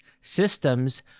systems